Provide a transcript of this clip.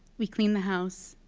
we cleaned the house.